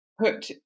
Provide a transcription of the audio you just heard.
put